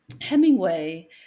Hemingway